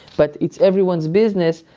but it's everyone's business,